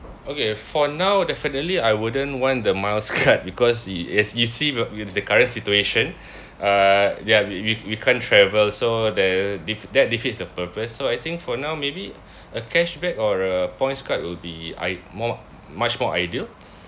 okay for now definitely I wouldn't want the miles card because it as you see with the current situation uh ya we we we can't travel so th~ de~ that defeats the purpose so I think for now maybe a cashback or a points card will be I more much more ideal